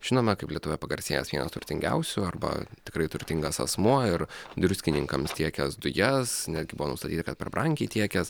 žinome kaip lietuvoje pagarsėjęs vienas turtingiausių arba tikrai turtingas asmuo ir driuskininkams tiekęs dujas netgi buvo nustatyta kad per brangiai tiekęs